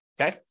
okay